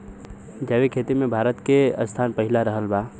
जैविक खेती मे भारत के स्थान पहिला रहल बा